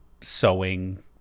sewing